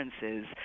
differences